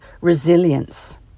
resilience